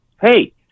hey